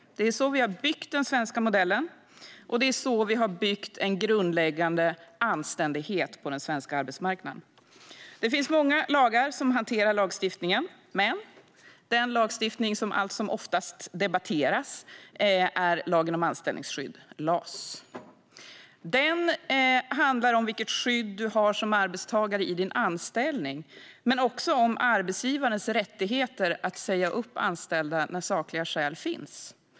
Det är så vi har byggt den svenska modellen, och det är så vi har byggt en grundläggande anständighet på den svenska arbetsmarknaden. Det finns många lagar som hanterar arbetsmarknaden, men den lagstiftning som allt som oftast debatteras är lagen om anställningsskydd, LAS. Den handlar om vilket skydd du har som arbetstagare i din anställning men också om arbetsgivarens rättigheter att säga upp anställda när sakliga skäl finns.